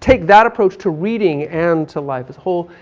take that approach to reading and to life as a whole,